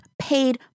paid